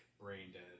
brain-dead